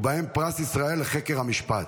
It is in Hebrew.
ובהם פרס ישראל לחקר המשפט.